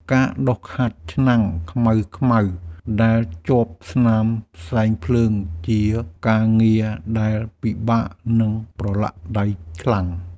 ការដុសខាត់ឆ្នាំងខ្មៅៗដែលជាប់ស្នាមផ្សែងភ្លើង ជាការងារដែលពិបាក និងប្រឡាក់ដៃខ្លាំង។